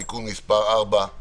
(תיקון מס' 4),